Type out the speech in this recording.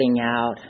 out